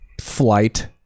flight